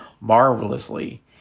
marvelously